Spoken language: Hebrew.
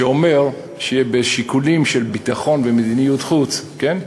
שאומר שבשיקולים של ביטחון ומדיניות חוץ, כן?